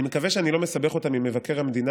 אני מקווה שאני לא מסבך אותם עם מבקר המדינה